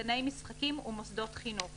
גני משחקים ומוסדות חינוך,